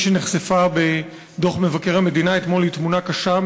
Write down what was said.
שנחשפה בדוח מבקר המדינה אתמול היא תמונה קשה,